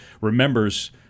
remembers